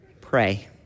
pray